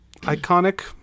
iconic